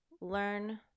learn